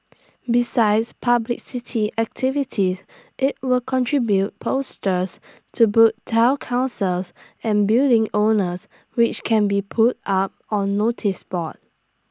besides publicity activities IT will contribute posters to Town councils and building owners which can be put up on noticeboards